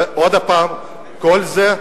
וכל זה,